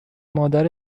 مادر